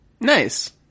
Nice